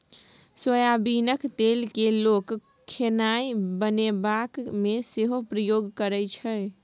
सोयाबीनक तेल केँ लोक खेनाए बनेबाक मे सेहो प्रयोग करै छै